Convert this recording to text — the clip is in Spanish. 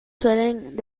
suelen